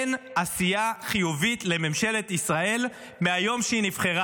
אין עשייה חיובית לממשלת ישראל מהיום שהיא נבחרה.